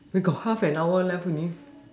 we got half an hour left only